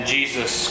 Jesus